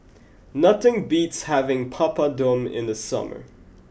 nothing beats having Papadum in the summer